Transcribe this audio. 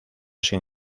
sin